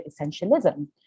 essentialism